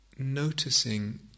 Noticing